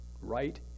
right